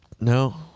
No